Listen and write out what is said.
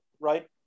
right